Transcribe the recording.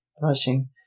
blushing